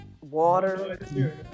Water